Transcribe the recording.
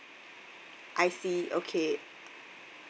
I see okay